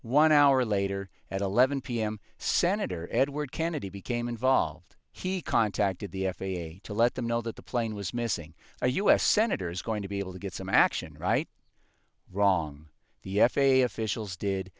one hour later at eleven pm senator edward kennedy became involved he contacted the f a a to let them know that the plane was missing or u s senators going to be able to get some action right wrong the f a a officials did